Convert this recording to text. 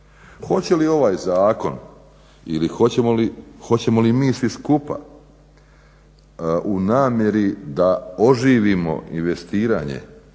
Hoće li ovaj zakon ili hoćemo li mi svi skupa u namjeri da oživimo investiranje